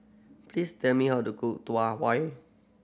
please tell me how to cook Tau Huay